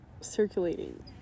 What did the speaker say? circulating